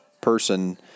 person